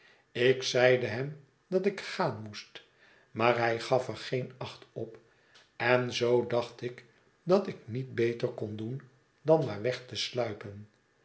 ik zeide hem dat ik gaan moest maar hij gaf er geen acht op en zoo dacht ik dat ik niet beter kon doen dan maar weg te sluipen